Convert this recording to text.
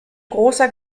großer